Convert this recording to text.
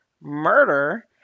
murder